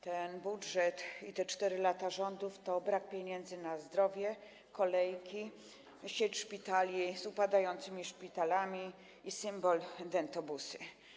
Ten budżet i te 4 lata rządów to brak pieniędzy na zdrowie, kolejki, sieć szpitali z upadającymi szpitalami i symbol: dentobusy.